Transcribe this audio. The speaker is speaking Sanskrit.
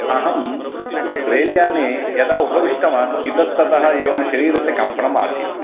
अहं रैल्याने यदा उपविष्टवान् इतस्ततः एवं शरीरस्य कम्पनम् आसीत्